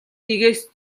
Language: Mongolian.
нэгээс